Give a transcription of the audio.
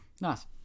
nice